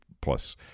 plus